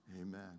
Amen